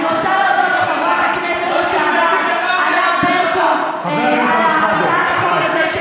אני רוצה להודות לחברת הכנסת לשעבר ענת ברקו על הצעת החוק הזאת,